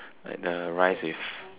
like the rice with